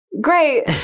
Great